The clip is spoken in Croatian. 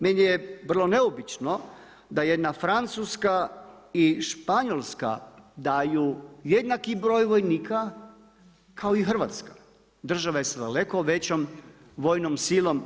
Meni je vrlo neobično da jedna Francuska i Španjolska daju jednaki broj vojnika kao i Hrvatska, države sa daleko većom vojnom silom.